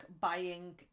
buying